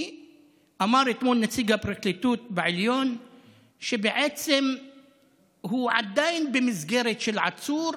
אמר אתמול נציג הפרקליטות בעליון שבעצם הוא עדיין במסגרת של עצור,